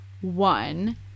one